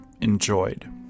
enjoyed